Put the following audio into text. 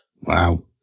Wow